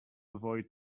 avoid